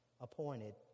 appointed